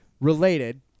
related